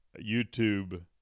YouTube